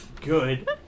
Good